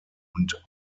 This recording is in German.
und